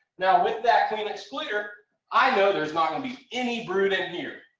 now with that queen excluder i know there's not gonna be any brood in here.